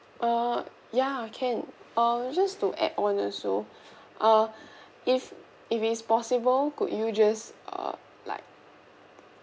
uh ya can um just to add on also ah if if it's possible could you just uh like